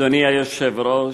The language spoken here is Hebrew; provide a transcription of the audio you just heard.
אדוני היושב-ראש,